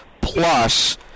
plus